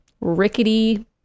rickety